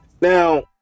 Now